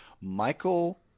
Michael